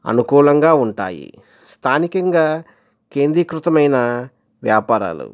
అనుకూలంగా ఉంటాయి స్థానికంగా కేంద్రీకృతం అయిన వ్యాపారాలు